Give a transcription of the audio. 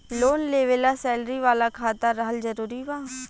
Loan लेवे ला salary वाला खाता रहल जरूरी बा?